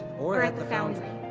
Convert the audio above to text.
or at the foundry.